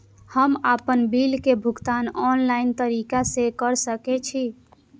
हम आपन बिल के भुगतान ऑनलाइन तरीका से कर सके छी?